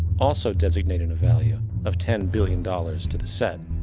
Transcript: also designating a value of ten billion dollars to the set.